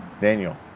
Daniel